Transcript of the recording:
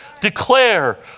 declare